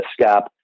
scap